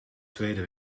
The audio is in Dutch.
tweede